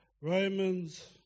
Romans